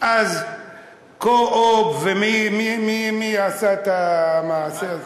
אז "קו-אופ" מי עשה את המעשה הזה?